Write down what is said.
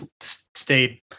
stayed